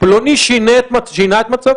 פלוני שינה את מצבו?